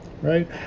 right